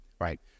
Right